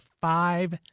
five